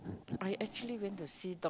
I actually went to see doctor